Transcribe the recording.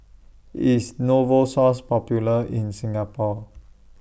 IS Novosource Popular in Singapore